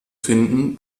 finden